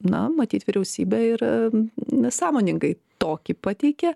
na matyt vyriausybė ir sąmoningai tokį pateikia